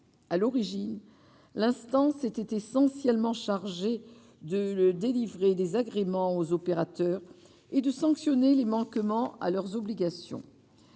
à l'origine, l'instance était essentiellement chargé de le délivrer des agréments aux opérateurs et de sanctionner les manquements à leurs obligations,